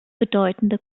bedeutende